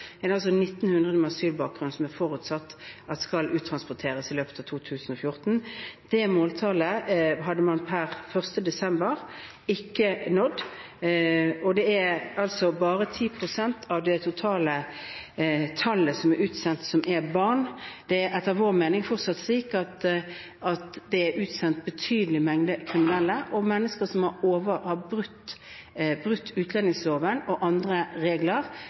med asylbakgrunn skal uttransporteres i løpet av 2014. Det måltallet hadde man per 1. desember ikke nådd. Det er altså bare 10 pst. av det totale antallet utsendte, som er barn. Det er etter vår mening fortsatt slik at det er utsendt en betydelig mengde kriminelle og mennesker som har brutt utlendingsloven og andre regler